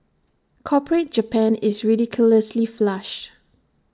corporate Japan is ridiculously flush